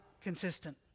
consistent